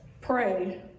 pray